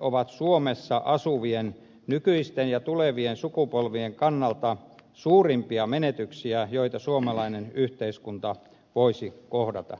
ovat suomessa asuvien nykyisten ja tulevien sukupolvien kannalta suurimpia menetyksiä joita suomalainen yhteiskunta voisi kohdata